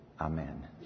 Amen